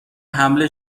حمله